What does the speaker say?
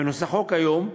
בנוסחו כיום,